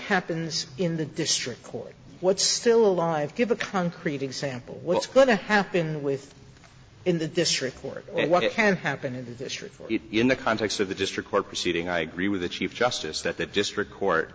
happens in the district court what's still alive give a concrete example what's going to happen with in the district court and what can happen in the district in the context of the district court proceeding i agree with the chief justice that the district court